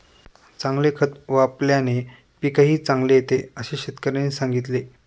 चांगले खत वापल्याने पीकही चांगले येते असे शेतकऱ्याने सांगितले